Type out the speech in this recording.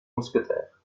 mousquetaires